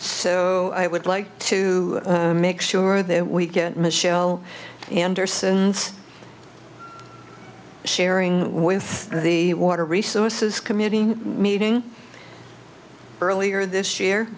so i would like to make sure that we get michelle anderson's sharing with the water resources committee meeting earlier this year